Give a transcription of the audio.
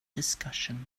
discussion